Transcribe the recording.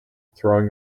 throwing